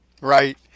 Right